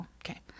Okay